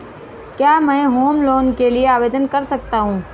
क्या मैं home loan के लिए आवेदन कर सकता हूं?